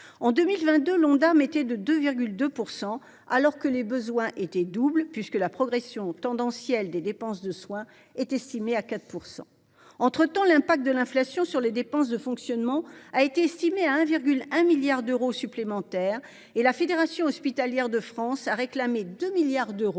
de l’Ondam était de 2,2 % alors que les besoins étaient doubles, puisque la progression tendancielle des dépenses de soins est estimée à 4 %. Entre temps, l’impact de l’inflation sur les dépenses de fonctionnement a été estimé à 1,1 milliard d’euros supplémentaires, et la Fédération hospitalière de France a réclamé 2 milliards d’euros